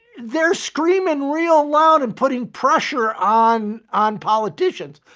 they're screaming real loud and putting pressure on on politicians.